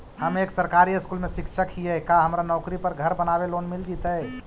हम एक सरकारी स्कूल में शिक्षक हियै का हमरा नौकरी पर घर बनाबे लोन मिल जितै?